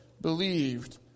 believed